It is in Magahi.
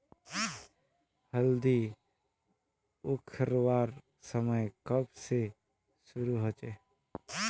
हल्दी उखरवार समय कब से शुरू होचए?